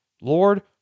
Lord